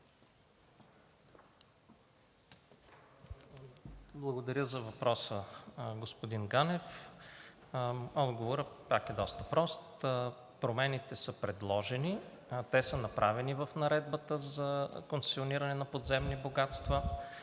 Благодаря за въпроса, господин Ганев. Отговорът пак е доста прост. Промените са предложени. Те са направени в Наредбата за концесиониране на подземни богатства.